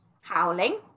howling